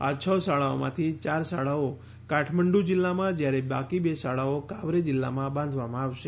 આ છ શાળાઓમાંથી યાર શાળાઓ કાઠમાડું જિલ્લામાં જ્યારે બાકી બે શાળાઓ કાવરે જિલ્લામાં બાંધવામાં આવશે